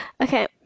okay